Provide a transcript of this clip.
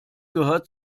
gehört